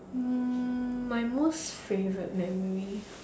um my most favourite memory